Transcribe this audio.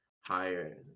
higher